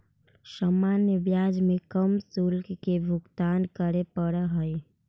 सामान्य ब्याज में कम शुल्क के भुगतान करे पड़ऽ हई